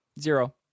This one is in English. zero